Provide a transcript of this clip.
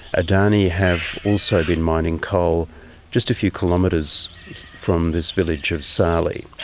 adani have also been mining coal just a few kilometres from this village of sahli.